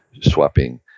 swapping